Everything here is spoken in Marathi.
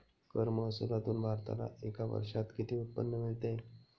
कर महसुलातून भारताला एका वर्षात किती उत्पन्न मिळते?